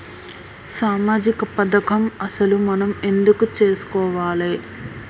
సామాజిక పథకం అసలు మనం ఎందుకు చేస్కోవాలే?